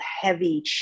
heavy